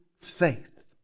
faith